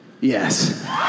Yes